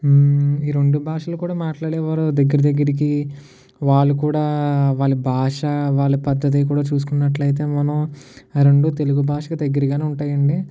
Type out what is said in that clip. ఈ రెండు భాషలు కూడా మాట్లాడేవారు దగ్గర దగ్గరికి వాళ్ళు కూడా వాళ్ళ భాష వాళ్ళ పద్ధతి కూడా చూసుకున్నట్లు అయితే మనం ఆ రెండూ తెలుగు భాషకు దగ్గరగానే ఉంటాయి అండి